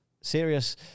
serious